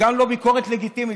גם לא ביקרות לגיטימית.